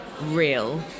real